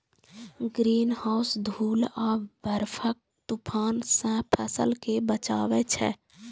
greenhouse धूल आ बर्फक तूफान सं फसल कें बचबै छै